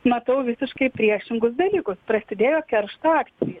matau visiškai priešingus dalykus prasidėjo keršto akcija